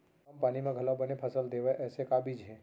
कम पानी मा घलव बने फसल देवय ऐसे का बीज हे?